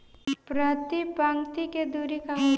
प्रति पंक्ति के दूरी का होखे?